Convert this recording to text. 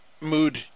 mood